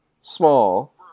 small